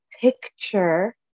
picture